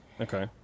Okay